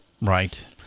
Right